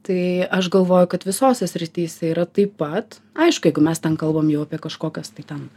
tai aš galvoju kad visose srityse yra taip pat aišku jeigu mes ten kalbam jau apie kažkokias tai ten